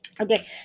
Okay